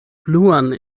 bluan